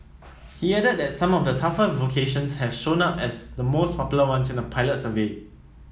he added that some of the tougher vocations have shown up as the most popular ones in a pilot survey